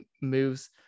moves